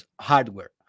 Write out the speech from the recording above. hardware